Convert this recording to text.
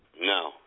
No